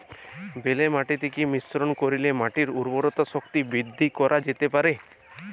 বেলে মাটিতে কি মিশ্রণ করিলে মাটির উর্বরতা শক্তি বৃদ্ধি করা যেতে পারে?